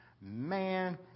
Man